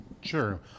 Sure